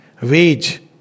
Wage